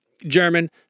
german